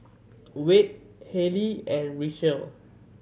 Wade Halley and Richelle